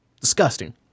disgusting